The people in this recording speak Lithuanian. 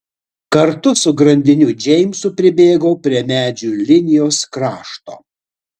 kartu su grandiniu džeimsu pribėgau prie medžių linijos krašto